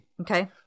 Okay